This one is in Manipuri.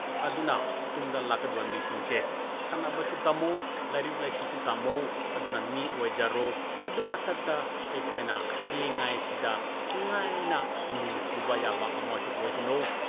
ꯑꯗꯨꯅ ꯇꯨꯡꯗ ꯂꯥꯛꯀꯗꯕ ꯃꯤꯁꯤꯡꯁꯦ ꯁꯥꯟꯅꯕꯁꯨ ꯇꯝꯃꯨ ꯂꯥꯏꯔꯤꯛ ꯂꯥꯏꯁꯨꯁꯨ ꯇꯝꯃꯨ ꯑꯗꯨꯅ ꯃꯤ ꯑꯣꯏꯖꯔꯣ ꯑꯗꯨ ꯃꯊꯛꯇ ꯑꯩꯈꯣꯏꯅ ꯍꯤꯡꯂꯤꯉꯩꯁꯤꯗ ꯅꯨꯡꯉꯥꯏꯅ ꯏꯃꯨꯡ ꯄꯨꯕ ꯌꯥꯕ ꯑꯃꯁꯨ ꯑꯣꯏꯁꯅꯨ